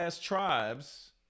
tribes